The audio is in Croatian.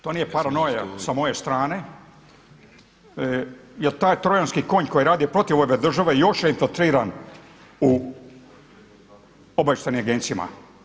To nije paranoja sa moje strane, jer taj trojanski konj koji radi protiv ove države još je … u obavještajnim agencijama.